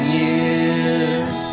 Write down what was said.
years